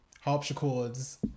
harpsichords